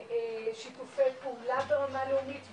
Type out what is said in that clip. בשיתופי פעולה ברמה לאומית ובינלאומית,